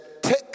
take